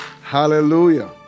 hallelujah